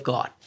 God